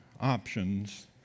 options